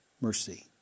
mercy